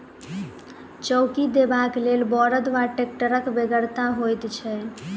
चौकी देबाक लेल बड़द वा टेक्टरक बेगरता होइत छै